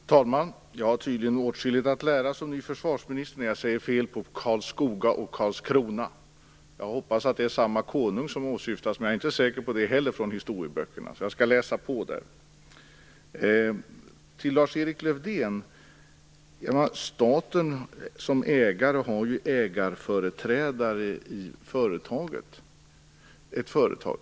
Fru talman! Jag har tydligen åtskilligt att lära som försvarsminister eftersom jag säger fel på Karlskoga och Karlskrona. Jag hoppas att det är samma konung som åsyftas, men jag är inte säker på det heller från historieböckerna. Jag skall läsa på om det. Lars-Erik Lövdén! Staten har som ägare ägarföreträdare i ett företag.